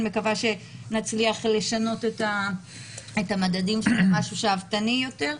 אני מקווה שנצליח לשנות את המדדים של משהו שאפתני יותר.